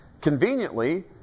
Conveniently